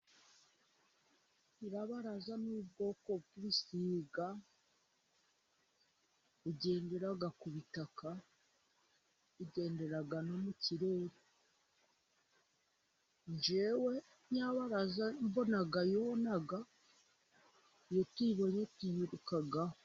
Nyirabaraza n'ubwoko bw'ibisiga, bigendera kutaka, bigendera no mu kirere, njyewe nyirabaraza mbona yona iyo tuyibonye tuyirukaho.